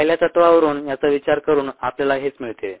पहिल्या तत्त्वांवरून याचा विचार करून आपल्याला हेच मिळते